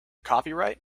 copyright